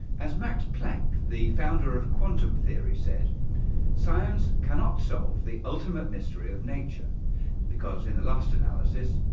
as max planck the founder of quantum theory said science cannot solve the ultimate mystery of nature because in the last analysis,